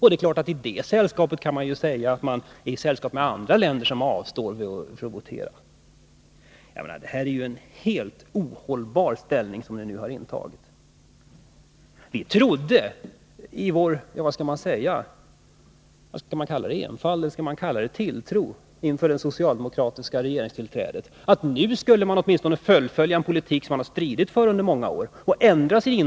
Det är klart att då kan man säga att man är i sällskap med andra länder som avstår från att votera. Det är ju en helt ohållbar ställning som ni nu har intagit. Vi trodde i vår enfald — eller skall man kalla det tilltro — inför det socialdemokratiska regeringstillträdet, att nu skulle socialdemokraterna åtminstone fullfölja en politik som de stridit för under många år.